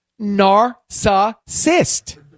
Narcissist